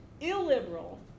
illiberal